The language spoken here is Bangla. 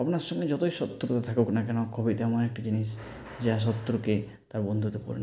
আপনার সঙ্গে যতই শত্রুতা থাকুক না কেন কবিতা এমন একটা জিনিস যা শত্রুকে তার বন্ধুতে পরিণত করতে পারে